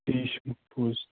یہِ چھُ پوٚز